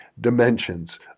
dimensions